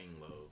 low